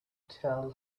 tell